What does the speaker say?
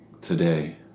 today